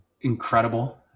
incredible